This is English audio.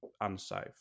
unsafe